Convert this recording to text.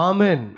Amen